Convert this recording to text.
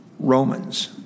Romans